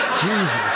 Jesus